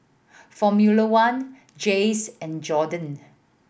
Formula One Jays and Johan